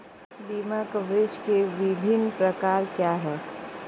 बीमा कवरेज के विभिन्न प्रकार क्या हैं?